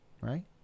right